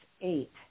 eight